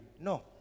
No